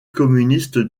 communiste